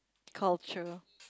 culture